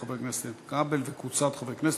של חבר הכנסת איתן כבל וקבוצת חברי הכנסת.